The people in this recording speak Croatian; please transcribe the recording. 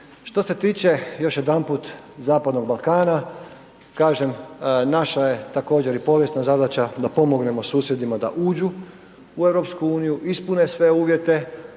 Što se tiče još jedanput Zapadnog Balkana kažem naša je također i povijesna zadaća da pomognemo susjedima da uđu u EU, ispune sve uvjete